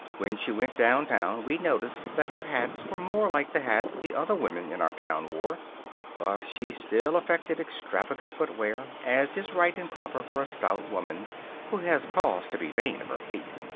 when she went downtown we noticed that her hats were more like the hats the other women in our town wore but she still affected extravagant footgear, as is right and proper for a stout woman who has cause to be vain of her feet.